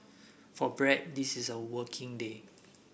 for Brad this is a working day